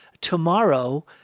tomorrow